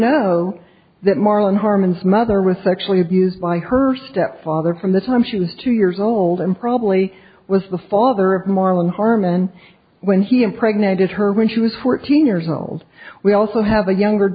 know that marlon harmon's mother with sexually abused by her stepfather from the time she was two years old and probably was the father of marlon harmon when he impregnated her when she was fourteen years old we also have a younger